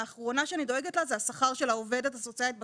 האחרונה שאני דואגת לה זה השכר של העובדת הסוציאלית בקצה,